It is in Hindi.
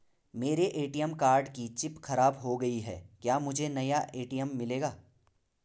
मेरे ए.टी.एम कार्ड की चिप खराब हो गयी है क्या मुझे नया ए.टी.एम मिलेगा?